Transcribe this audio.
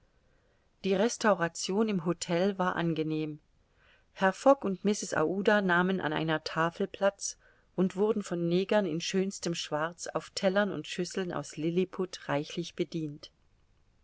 die restauration im htel war angenehm herr fogg und mrs aouda nahmen an einer tafel platz und wurden von negern in schönstem schwarz auf tellern und schüsseln aus liliput reichlich bedient